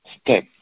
step